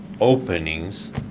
openings